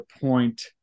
point